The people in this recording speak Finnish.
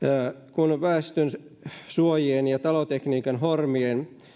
kun väestönsuojien ja talotekniikan hormien